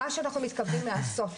מה שאנחנו מתכוונים לעשות,